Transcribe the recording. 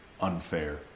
unfair